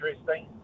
interesting